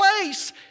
place